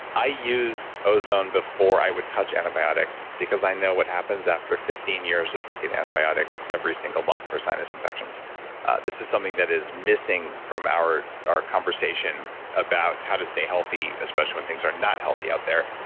i use ozone before i would touch antibiotics, because i know what happens after fifteen years of taking antibiotics every single month for sinus infections this is something that is missing from our our conversation about how to stay healthy, especially when things are not healthy out there.